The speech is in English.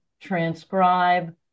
transcribe